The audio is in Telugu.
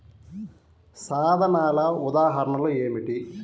సాధనాల ఉదాహరణలు ఏమిటీ?